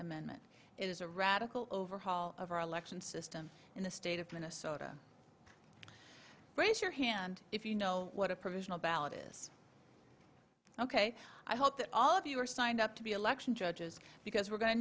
amendment it is a radical overhaul of our election system in the state of minnesota raise your hand if you know what a provisional ballot is ok i hope that all of you are signed up to be election judges because we're going to